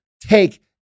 take